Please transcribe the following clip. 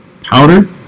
powder